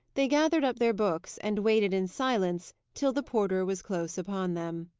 they gathered up their books, and waited in silence till the porter was close upon them.